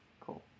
Cool